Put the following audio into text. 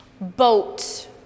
boat